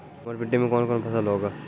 दोमट मिट्टी मे कौन कौन फसल होगा?